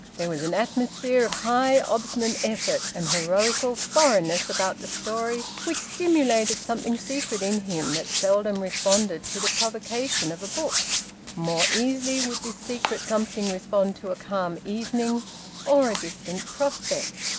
there was an atmosphere of high obstinate effort and heroical foreign-ness about the story which stimulated something secret in him that seldom responded to the provocation of a book more easily would this secret something respond to a calm evening or a distant prospect,